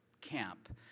camp